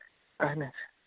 اَہَن حظ